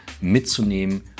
mitzunehmen